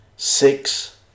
Six